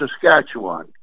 Saskatchewan